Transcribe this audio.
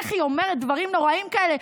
איך היא אומרת דברים נוראיים כאלה?